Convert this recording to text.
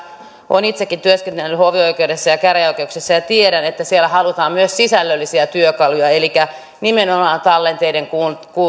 olen itsekin työskennellyt hovioikeudessa ja käräjäoikeuksissa ja tiedän että siellä halutaan myös sisällöllisiä työkaluja elikkä nimenomaan tallenteiden